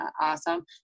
awesome